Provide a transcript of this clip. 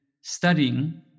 studying